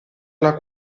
alla